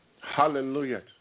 Hallelujah